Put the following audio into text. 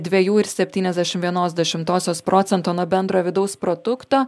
dviejų ir septyniasdešim vienos dešimtosios procento nuo bendro vidaus produkto